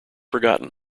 forgotten